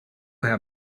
had